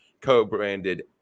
co-branded